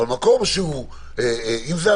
אבל אם זו הרצאה,